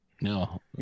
no